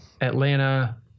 Atlanta